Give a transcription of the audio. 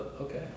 okay